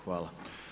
Hvala.